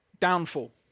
Downfall